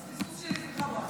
אז פספוס שלי --- דיברתי.